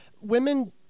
women –